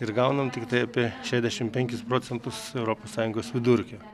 ir gaunam tiktai apie šešiasdešim penkis procentus europos sąjungos vidurkio